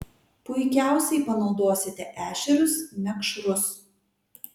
puikiausiai panaudosite ešerius mekšrus